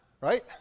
right